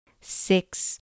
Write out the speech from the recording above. six